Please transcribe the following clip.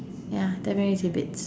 ya definitely tidbits